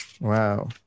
Wow